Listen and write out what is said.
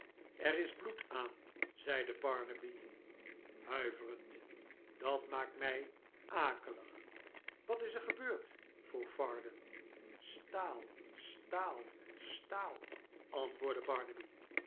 er is bloed aan zeide barnaby huiverend sdat maakt mij akelig jwat is er gebeurd vroeg varden staal staal staal antwoordde